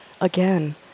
again